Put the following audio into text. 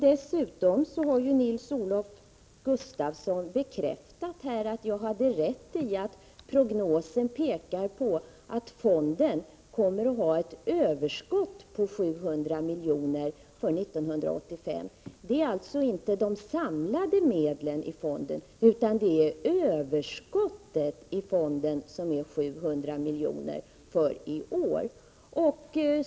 Dessutom har ju Nils-Olof Gustafsson bekräftat att jag hade rätt i att prognosen pekar på att fonden kommer att ha ett överskott på 700 milj.kr. för 1985. Det är alltså inte fråga om de samlade medlen i fonden, utan det är överskottet som är 700 milj.kr. för i år.